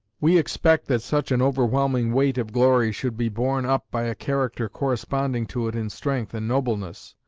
we expect that such an overwhelming weight of glory should be borne up by a character corresponding to it in strength and nobleness.